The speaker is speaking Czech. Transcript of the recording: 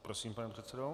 Prosím, pane předsedo.